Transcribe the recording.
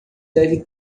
deve